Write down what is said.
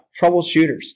troubleshooters